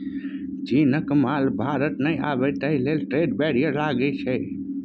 चीनक माल भारत नहि आबय ताहि लेल ट्रेड बैरियर लागि गेल